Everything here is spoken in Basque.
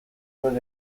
duen